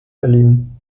berlin